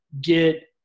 get